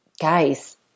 guys